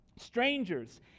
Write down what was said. Strangers